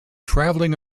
travelling